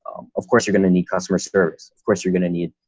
um of course, you're going to need customer service, of course, you're going to need